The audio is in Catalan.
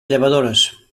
llevadores